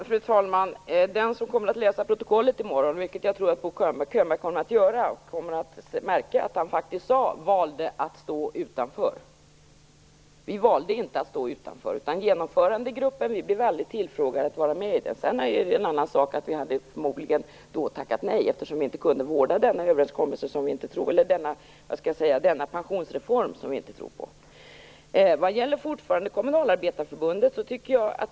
Fru talman! Den som kommer att läsa protokollet i morgon, vilket jag tror att Bo Könberg kommer att göra, kommer att märka att han faktiskt sade: valde att stå utanför. Vi valde inte att stå utanför, utan genomförandegruppen blev vi aldrig tillfrågade att vara med i. Sedan är det en annan sak att vi förmodligen hade tackat nej, eftersom vi inte kunde vårda denna pensionsreform som vi inte tror på.